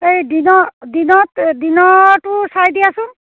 এই দিনত দিনত দিনতো চাই দিয়াচোন